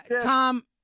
Tom